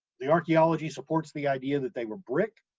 the archaeology supports the idea that they were brick,